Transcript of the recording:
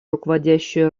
руководящую